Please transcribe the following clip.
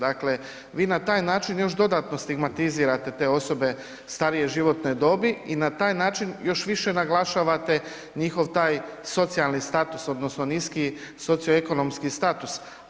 Dakle, vi na taj način još dodatno stigmatizirate te osobe starije životne dobi i na taj način još više naglašavate njihov taj socijalni status odnosno niski socioekonomski status.